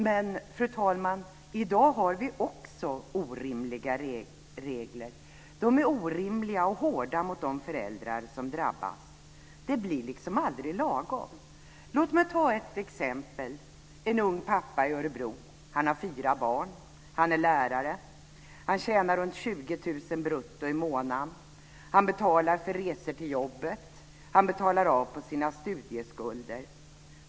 Men, fru talman, också i dag har vi orimliga regler. De är orimliga och hårda mot de föräldrar som drabbas. Det blir liksom aldrig lagom. Låt mig ge ett exempel, en ung pappa i Örebro som har fyra barn. Han är lärare och tjänar brutto runt 20 000 kr i månaden. Han betalar för resor till jobbet, och han betalar av på sina studieskulder.